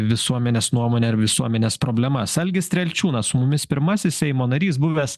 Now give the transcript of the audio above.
visuomenės nuomonę ar visuomenės problemas algis strelčiūnas su mumis pirmasis seimo narys buvęs